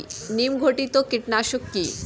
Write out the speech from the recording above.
নিম ঘটিত কীটনাশক কি?